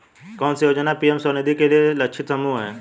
कौन सी योजना पी.एम स्वानिधि के लिए लक्षित समूह है?